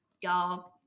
Y'all